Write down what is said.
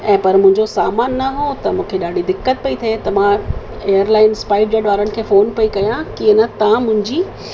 ऐं पर मुंहिंजो सामान न हुओ त मूंखे ॾाढी दिक़त पेई थिए त मां एयरलाइंस स्पाइसजैट वारनि खे फ़ोन पेई कया कि न तव्हां मुंहिंजी